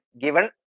given